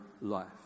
life